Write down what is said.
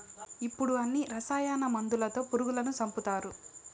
ఇప్పుడు అన్ని రసాయన మందులతో పురుగులను సంపుతారు